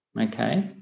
okay